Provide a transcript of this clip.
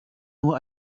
nur